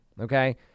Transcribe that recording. Okay